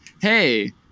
hey